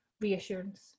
reassurance